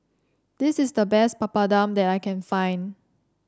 this is the best Papadum that I can find